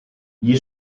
gli